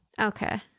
Okay